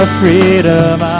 Freedom